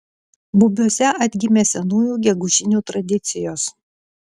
bubiuose atgimė senųjų gegužinių tradicijos